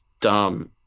dumb